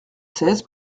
seize